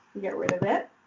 get rid of it.